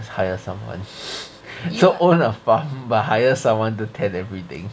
just hire someone so own a farm but hire someone to tend everything